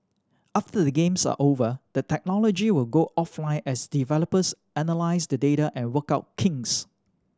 after the games are over the technology will go offline as developers analyse the data and work out kinks